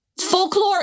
Folklore